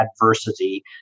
adversity